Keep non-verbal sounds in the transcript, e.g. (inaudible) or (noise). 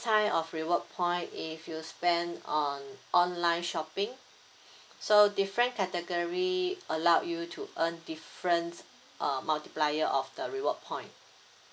time of reward point if you spend on online shopping (breath) so different category allow you to earn different uh multiplier of the reward point